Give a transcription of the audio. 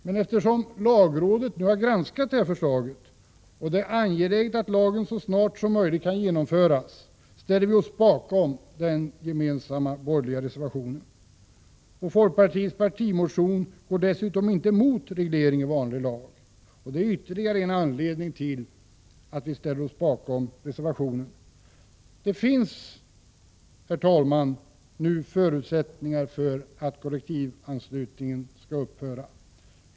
Men eftersom lagrådet nu har granskat förslaget och det är angeläget att lagen så snart som möjligt kan genomföras ställer vi oss bakom den gemensamma borgerliga reservationen. I folkpartiets partimotion går vi dessutom inte mot reglering i vanlig lag, och det är ytterligare en anledning till att vi ställer oss bakom reservationen. Det finns, herr talman, nu förutsättningar för att kollektivanslutningen skall upphöra.